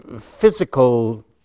physical